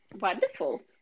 Wonderful